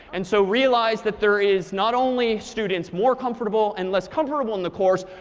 and so realize that there is not only students more comfortable and less comfortable in the course,